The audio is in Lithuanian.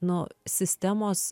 nu sistemos